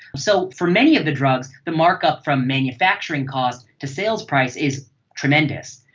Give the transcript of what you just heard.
so for many of the drugs, the mark-up from manufacturing cost to sales price is tremendous.